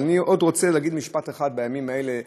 אבל אני רוצה להגיד עוד משפט אחד, בימים האלה,